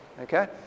okay